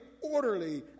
orderly